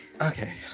Okay